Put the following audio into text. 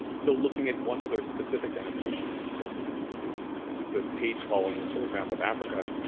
so looking at one other specific annotation in this book this is a page following the third map of africa